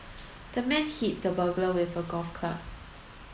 the man hit the burglar with a golf club